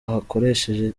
akoresheje